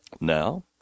Now